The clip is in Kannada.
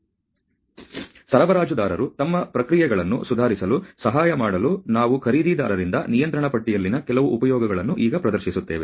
ಆದ್ದರಿಂದ ಸರಬರಾಜುದಾರರು ತಮ್ಮ ಪ್ರಕ್ರಿಯೆಗಳನ್ನು ಸುಧಾರಿಸಲು ಸಹಾಯ ಮಾಡಲು ನಾವು ಖರೀದಿದಾರರಿಂದ ನಿಯಂತ್ರಣ ಪಟ್ಟಿಯಲ್ಲಿನ ಕೆಲವು ಉಪಯೋಗಗಳನ್ನು ಈಗ ಪ್ರದರ್ಶಿಸುತ್ತೇವೆ